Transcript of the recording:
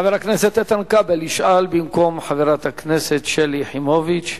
חבר הכנסת איתן כבל ישאל במקום חברת הכנסת שלי יחימוביץ.